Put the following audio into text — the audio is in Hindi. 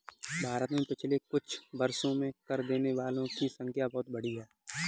भारत में पिछले कुछ वर्षों में कर देने वालों की संख्या बहुत बढ़ी है